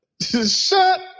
shut